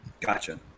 Gotcha